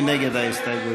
מי נגד ההסתייגות?